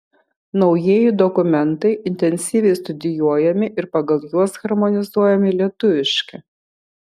naujieji dokumentai intensyviai studijuojami ir pagal juos harmonizuojami lietuviški